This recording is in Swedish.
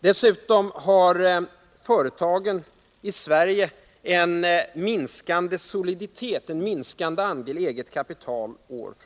Dessutom har företagen i Sverige en år från år minskande soliditet, en minskande andel eget kapital.